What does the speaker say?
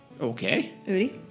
Okay